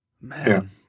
Man